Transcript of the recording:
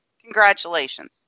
Congratulations